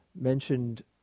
mentioned